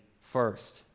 first